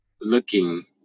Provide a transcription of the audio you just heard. looking